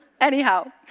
Anyhow